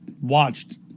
watched